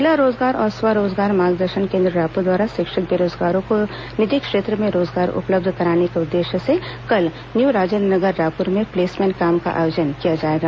जिला रोजगार और स्व रोजगार मार्गदर्शन केन्द्र रायपुर द्वारा शिक्षित बेरोजगारों को निजी क्षेत्र में रोजगार उपलब्ध कराने के उद्देश्य से कल न्यू राजेन्द्र नगर रायपुर में प्लेसमेंट कैम्प का आयोजन किया जाएगा